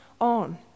on